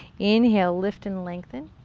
inhale, lift and lengthen,